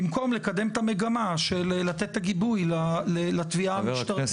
במקום לקדם את המגמה של לתת גיבוי לתביעה המשטרתית.